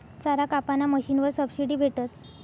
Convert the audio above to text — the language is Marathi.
चारा कापाना मशीनवर सबशीडी भेटस